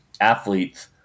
athletes